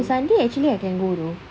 oh sunday actually I can go though